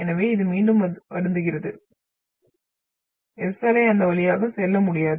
எனவே இது மீண்டும் வருந்துகிறது S அலை அந்த வழியாக செல்ல முடியாது